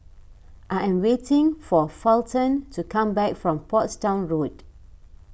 I am waiting for Fulton to come back from Portsdown Road